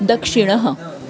दक्षिणः